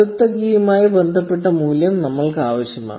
അടുത്ത കീയുമായി ബന്ധപ്പെട്ട മൂല്യം നമ്മൾക്ക് ആവശ്യമാണ്